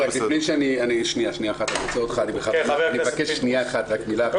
שניה אחת, אני מבקש רק מילה אחת.